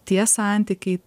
tie santykiai